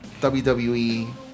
WWE